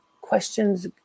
questions